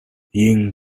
ying